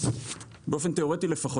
באופן תיאורטי לפחות,